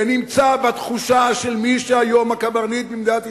זה נמצא בתחושה של מי היום הקברניט במדינת ישראל,